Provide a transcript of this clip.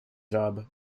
job